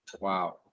wow